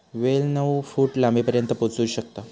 वेल नऊ फूट लांबीपर्यंत पोहोचू शकता